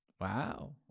Wow